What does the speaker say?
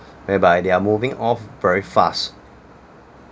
whereby they are moving off very fast